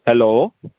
hello